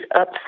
up